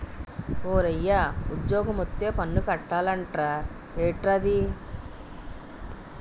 ఓరయ్యా ఉజ్జోగమొత్తే పన్ను కట్టాలట ఏట్రది